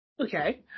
Okay